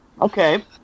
okay